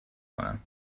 کنم